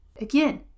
Again